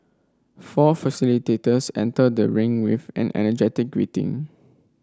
four facilitators enter the ring with an energetic greeting